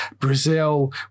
Brazil